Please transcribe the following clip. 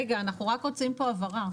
רגע, אנחנו רוצים פה הבהרה.